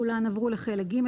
כולן עברו לחלק ג'.